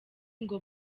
ngo